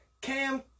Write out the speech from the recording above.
Cam